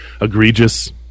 egregious